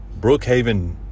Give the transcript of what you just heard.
Brookhaven